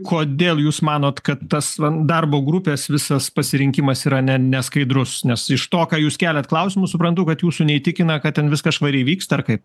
kodėl jūs manot kad tas van darbo grupės visas pasirinkimas yra ne neskaidrus nes iš to ką jūs keliat klausimus suprantu kad jūsų neįtikina kad ten viskas švariai vyksta ar kaip